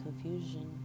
confusion